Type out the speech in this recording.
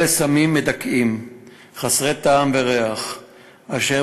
אלה סמים מדכאים חסרי טעם וריח אשר